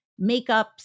makeups